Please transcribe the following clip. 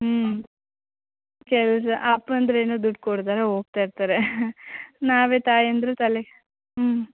ಹ್ಞೂ ಕೆಲಸ ಅಪ್ಪಂದಿರೇನು ದುಡ್ಡು ಕೊಡ್ತಾರೆ ಹೋಗ್ತಾ ಇರ್ತಾರೆ ನಾವೇ ತಾಯಂದಿರು ತಲೆ ಹ್ಞೂ